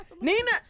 Nina